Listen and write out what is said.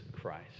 Christ